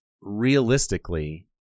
realistically